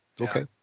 Okay